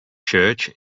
church